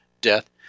death